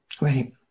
right